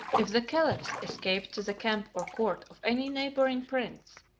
if the caliphs escaped to the camp or court of any neighboring prince,